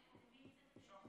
יושב-ראש הכנסת הנכבד, השר,